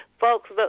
Folks